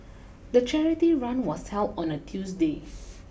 the charity run was held on a Tuesday